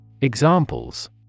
examples